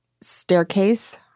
staircase